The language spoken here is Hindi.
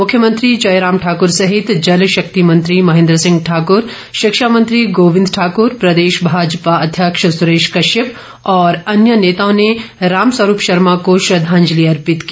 मुख्यमंत्री जयराम ठाकूर सहित जलशक्ति मंत्री महेंद्र सिंह ठाकूर शिक्षा मंत्री गोविंद ठाकूर प्रदेश भाजपा अध्यक्ष सुरेश कश्यप और अन्य नेताओं ने रामस्वरूप शर्मा को श्रद्वांजलि अर्पित की